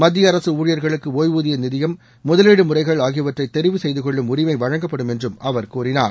மத்திய அரசு ஊழியர்களுக்கு ஒய்வூதிய நிதியம் முதலீடு முறைகள் ஆகியவற்றை தெரிவு செய்துக்கொள்ளும் உரிமை வழங்கப்படும் என்றும் அவர் கூறினார்